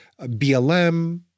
BLM